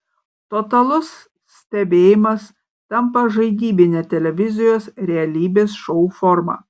totalus stebėjimas tampa žaidybine televizijos realybės šou forma